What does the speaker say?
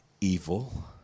evil